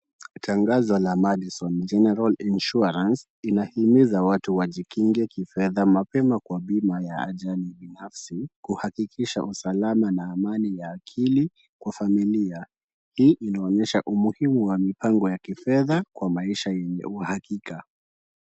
Tangazo la Madison General Insurance inahimiza watu wajikinge kifedha mapema kwa bima ya ajali binafsi, kuhakikisha usalama na amani ya akili kwa familia. Hii inaonyesha umuhimu wa mipango ya kifedha kwa maisha yenye uhakika.